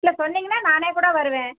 இல்லை சொன்னீங்கன்னால் நானே கூட வருவேன்